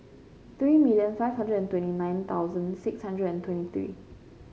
three million five hundred and twenty nine thousand six hundred and twenty three